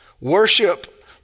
Worship